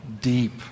deep